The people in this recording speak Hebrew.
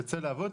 תצא לעבוד,